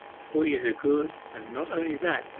for he is a good, and not only that,